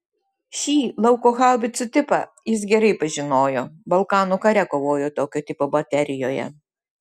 šį lauko haubicų tipą jis gerai pažinojo balkanų kare kovojo tokio tipo baterijoje